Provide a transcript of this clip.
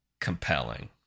compelling